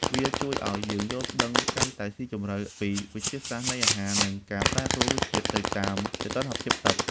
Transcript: វាជួយឱ្យយើងយល់ដឹងកាន់តែស៊ីជម្រៅពីវិទ្យាសាស្ត្រនៃអាហារ និងការប្រែប្រួលរសជាតិទៅតាមសីតុណ្ហភាពទឹក។